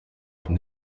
from